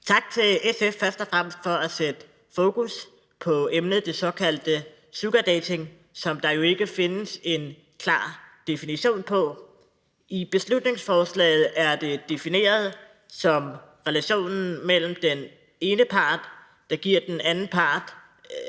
Tak til først og fremmest SF for at sætte fokus på emnet, det såkaldte sugardating, som der jo ikke findes en klar definition på. I beslutningsforslaget er det defineret som relationen mellem den ene part, der giver den anden part